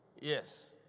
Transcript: Yes